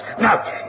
Now